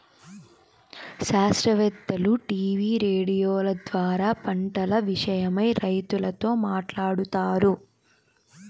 శాస్త్రవేత్తలు టీవీ రేడియోల ద్వారా పంటల విషయమై రైతులతో మాట్లాడుతారు